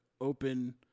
open